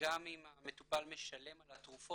גם אם המטופל משלם על התרופות